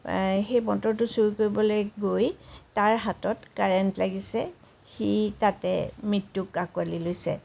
সেই মটৰটো চোৰ কৰিবলৈ গৈ তাৰ হাতত কাৰেণ্ট লাগিছে সি তাতে মৃত্যুক আকোৱালি লৈছে